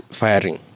firing